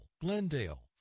Glendale